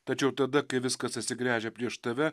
tačiau tada kai viskas atsigręžia prieš tave